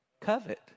Covet